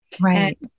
Right